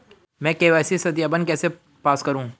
मैं के.वाई.सी सत्यापन कैसे पास करूँ?